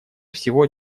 всего